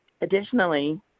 Additionally